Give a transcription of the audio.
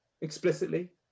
Explicitly